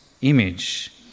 image